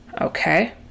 Okay